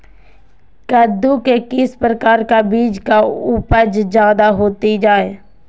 कददु के किस प्रकार का बीज की उपज जायदा होती जय?